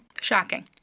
Shocking